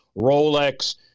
Rolex